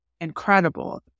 incredible